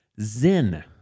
Zen